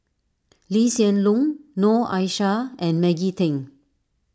Lee Hsien Loong Noor Aishah and Maggie Teng